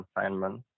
confinement